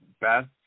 best